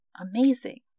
Amazing